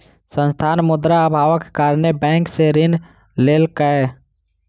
संस्थान, मुद्रा अभावक कारणेँ बैंक सॅ ऋण लेलकै